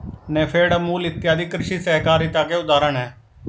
नेफेड, अमूल इत्यादि कृषि सहकारिता के उदाहरण हैं